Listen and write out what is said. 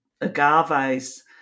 agaves